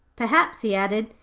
perhaps he added,